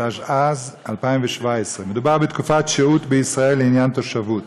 התשע"ז 2017. מדובר בתקופת שהות בישראל לעניין תושבות.